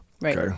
right